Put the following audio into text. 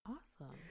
Awesome